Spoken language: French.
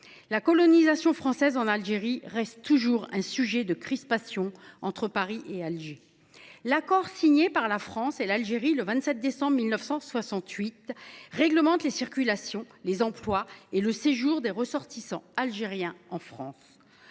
La colonisation française en Algérie reste un sujet de crispation entre Paris et Alger. L’accord signé par les deux pays le 27 décembre 1968 réglemente la circulation, l’emploi et le séjour des ressortissants algériens en France.